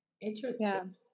interesting